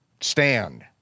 stand